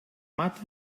mata